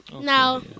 Now